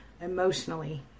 emotionally